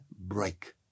break